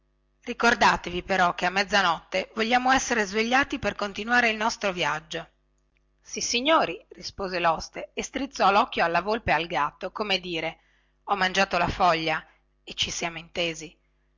ricordatevi però che a mezzanotte vogliamo essere svegliati per continuare il nostro viaggio sissignori rispose loste e strizzò locchio alla volpe e al gatto come dire ho mangiata la foglia e ci siamo intesi